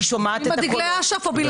אני שומעת את --- עם דגלי אש"ף או בלעדיהם?